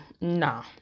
Nah